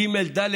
ג' ד',